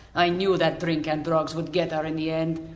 i knew that drink and drugs would get her in the end.